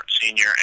Senior